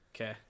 Okay